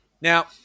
Now